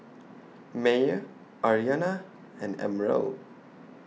Meyer Aryanna and Emerald